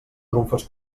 trumfes